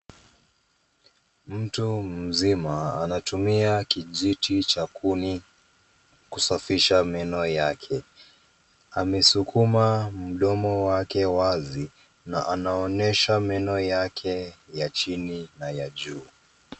Mtu mzima anatumua kijiti cha kuni kusafisha meno yake. Amesukuma mdomo wake wazi na anaonyesha meno yake ya chini na ya juu.